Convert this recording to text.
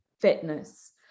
fitness